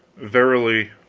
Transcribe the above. verily,